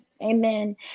Amen